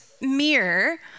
mirror